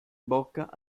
bocca